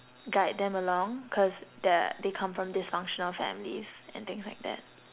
guide them along cause they're they come from dysfunctional families and things like that